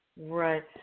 Right